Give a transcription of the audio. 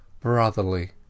brotherly